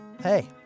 Hey